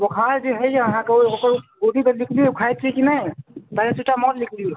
बोखार जे होइयै अहाँकेँ ओकर गोटी जे लिखने अइ खाय छियै कि नहि पैरासिटामोल लिख दी